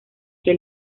que